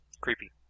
Creepy